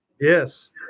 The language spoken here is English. Yes